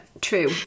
true